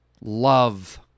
love